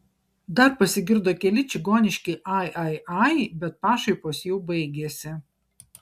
dar pasigirdo keli čigoniški ai ai ai bet pašaipos jau baigėsi